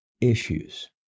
issues